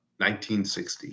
1960